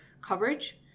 coverage